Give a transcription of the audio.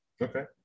Okay